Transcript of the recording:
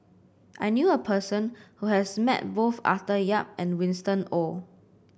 I knew a person who has met both Arthur Yap and Winston Oh